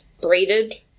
braided